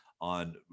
on